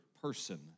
person